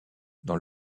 dans